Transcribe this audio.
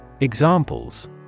Examples